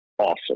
awesome